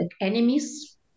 enemies